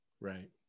Right